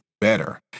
better